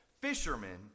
fishermen